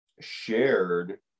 shared